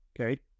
Okay